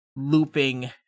looping